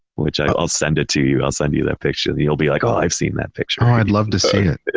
which i'll send it to you. i'll send you that picture. you'll be like, oh, i've seen that picture, bryan i'd love to see it.